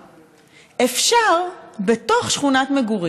בחילה, מחילה.